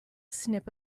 snip